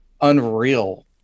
unreal